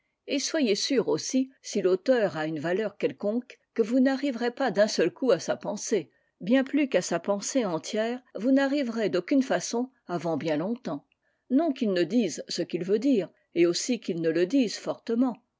traducteur soyez sûr aussi si l'auteur a une valeur quelconque que vous n'arriverez pas d'un seul coup à sa pensée bien plus qu'à sa pensée entière vous n'arriverez d'aucune façon avant bien longtemps non qu'il ne dise ce qu'il veut dire et aussi qu'il ne le dise fortement